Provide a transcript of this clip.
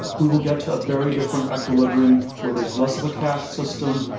we will get to a very different equilibrium where there's less of a caste system,